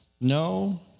no